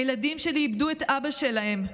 הילדים שלי איבדו את אבא שלהם,